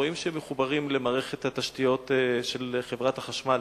רואים שהם מחוברים למערכת התשתיות של חברת החשמל,